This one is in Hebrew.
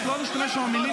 שר עומד על